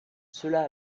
cela